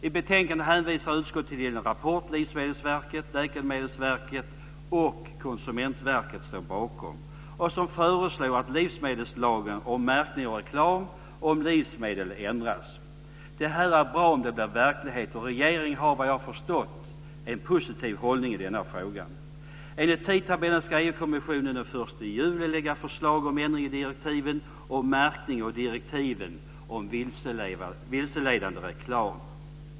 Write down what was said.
I betänkandet hänvisar utskottet till den rapport som Livsmedelsverket, Läkemedelsverket och Konsumentverket står bakom där man föreslår att livsmedelslagen om märkning och reklam om livsmedel ändras. Det här är bra om det blir verklighet, och regeringen har, såvitt jag förstår, en positiv hållning i denna fråga. Enligt tidtabellen ska EU-kommissionen den 1 juli lägga förslag om ändring i direktiven om märkning och direktiven om vilseledande reklam.